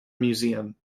museum